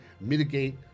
mitigate